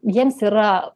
jiems yra